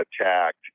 attacked